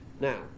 now